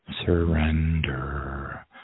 Surrender